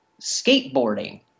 skateboarding